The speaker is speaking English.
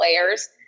players